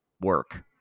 work